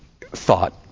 thought